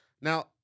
Now